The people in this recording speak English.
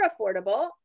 affordable